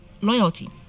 loyalty